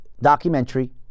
documentary